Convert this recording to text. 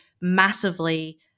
massively